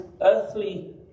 earthly